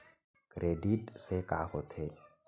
Credit से का होथे?